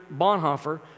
Bonhoeffer